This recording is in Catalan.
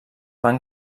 van